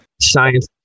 Science